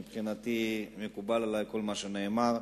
ומבחינתי מקובל עלי כל מה שנאמר.